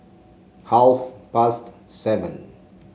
half past seven